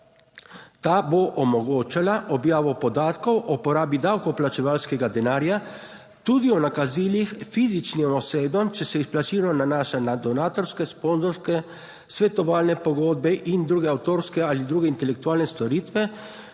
Ta bo omogočala objavo podatkov o porabi davkoplačevalskega denarja, tudi o nakazilih fizičnim osebam, če se izplačilo nanaša na donatorske, sponzorske, svetovalne pogodbe in druge avtorske ali druge intelektualne storitve